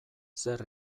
zer